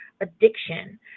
addiction